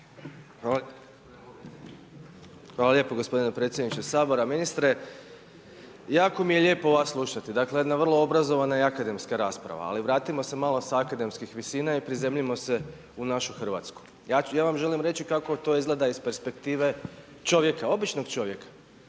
Hvala lijepo gospodine predsjedniče. Ministre, jako mi je lijepo vas slušati. Dakle, jedna vrlo obrazovana i akademska rasprava. Ali vratimo se malo sa akademskih visina i prizemljimo se u našu Hrvatsku. Ja vam želim reći kako to izgleda iz perspektive čovjeka, običnog čovjeka.